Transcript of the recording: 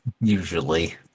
usually